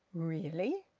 really!